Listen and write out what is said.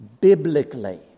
biblically